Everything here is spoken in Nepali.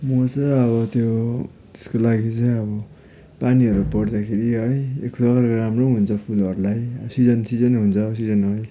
म चाहिँ अब त्यो उसको लागि चाहिँ अब पानीहरू पर्दाखेरि है एक प्रकार राम्रो हुन्छ फुलहरूलाई सिजन सिजन हुन्छ अब सिजनमै